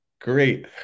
great